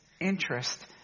interest